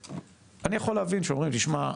אני יכול להבין כשאומרים תשמע,